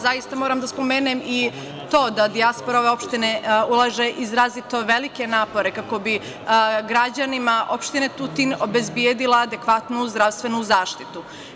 Zaista moram da spomenem i to, da dijaspora ove opštine ulaže izrazito velike napore kako bi građanima opštine Tutin obezbedila adekvatnu zdravstvenu zaštitu.